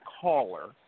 caller